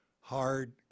hard